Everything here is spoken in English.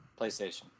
PlayStation